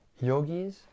yogis